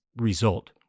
result